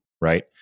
right